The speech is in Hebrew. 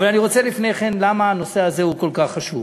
אבל אני רוצה לפני כן לומר למה הנושא הזה כל כך חשוב.